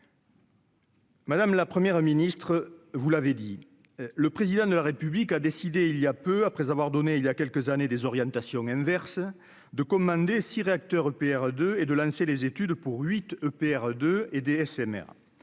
Madame la première ministre, vous l'avez dit, le président de la République a décidé il y a peu, après avoir donné il y a quelques années, des orientations inverse de commander 6 réacteurs EPR2 et de lancer les études pour 8 EPR de et